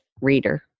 reader